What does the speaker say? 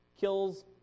kills